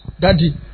daddy